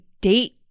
date